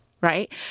right